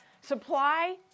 Supply